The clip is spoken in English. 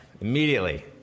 immediately